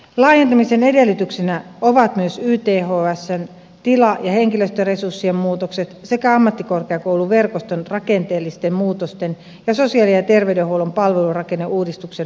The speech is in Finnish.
laajentamisen edellytyksenä ovat myös ythsn tila ja henkilöstöresurssien muutokset sekä ammattikorkeakouluverkoston rakenteellisten muutosten ja sosiaali ja terveydenhuollon palvelurakenneuudistuksen huomioon ottaminen